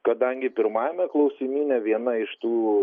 kadangi pirmajame klausimyne viena iš tų